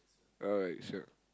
alright sure